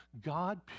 God